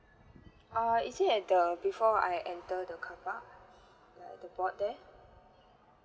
uh is it at the before I enter the car park like at the board there